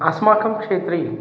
अस्माकं क्षेत्रे